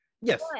yes